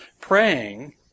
praying